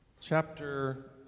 chapter